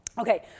Okay